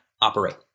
operate